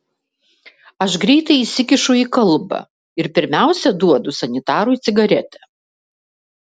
aš greitai įsikišu į kalbą ir pirmiausia duodu sanitarui cigaretę